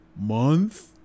month